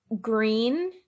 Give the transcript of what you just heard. green